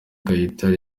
kayitare